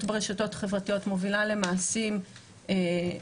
ברשתות החברתיות מובילה למעשה בשטח,